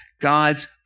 God's